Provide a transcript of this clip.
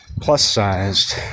plus-sized